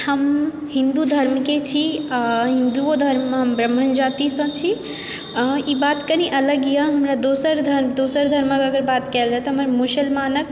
हम हिन्दु धर्मके छी आ हिंदूओ धर्ममे हम ब्राम्हण जातिसंँ छी हँ ई बात कनि अलग यऽ हमरा दोसर धर्म दोसर धर्मक अगर बात कयल जाए तऽ हमरा मुसलमानक